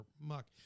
muck